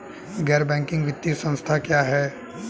गैर बैंकिंग वित्तीय संस्था क्या है?